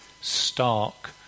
stark